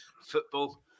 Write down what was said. football